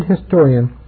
historian